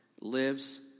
lives